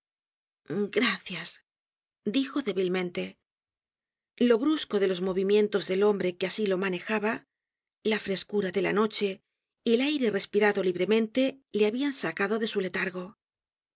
gracias dijo débilmente lo brusco de los movimientos del hombre que asi lo manejaba la frescura de la noche y el aire respirado libremente le habían sacado de su letargo el